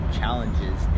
challenges